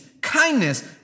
kindness